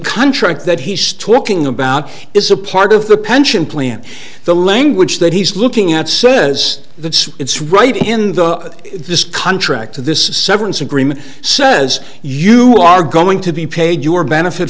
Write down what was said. contract that he's talking about is a part of the pension plan the language that he's looking at sirs that's it's right in the this contract so this is a severance agreement says you are going to be paid your benefit